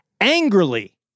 angrily